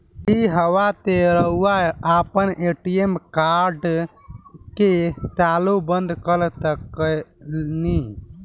ईहवा से रऊआ आपन ए.टी.एम कार्ड के चालू बंद कर सकेनी